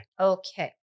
Okay